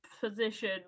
position